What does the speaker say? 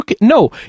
No